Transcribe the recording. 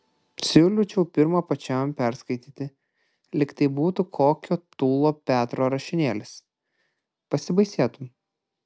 siūlyčiau pirma pačiam perskaityti lyg tai būtų kokio tūlo petro rašinėlis pasibaisėtum